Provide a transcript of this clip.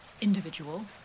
individual